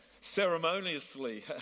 ceremoniously